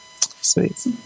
Sweet